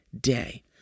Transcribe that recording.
day